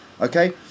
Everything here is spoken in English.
Okay